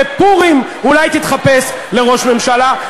בפורים אולי תתחפש לראש ממשלה,